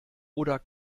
oder